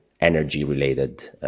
energy-related